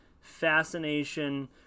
fascination